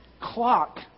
clock